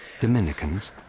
Dominicans